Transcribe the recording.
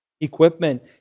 equipment